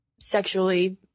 sexually